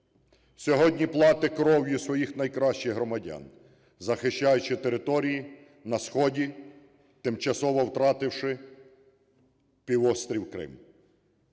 сьогодні платить кров'ю своїх найкращих громадян, захищаючи території на сході, тимчасово втративши півострів Крим.